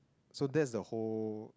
so that's the whole